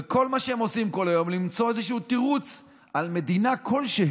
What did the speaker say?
וכל מה שהם עושים כל היום זה למצוא איזשהו תירוץ על מדינה כלשהי